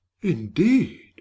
Indeed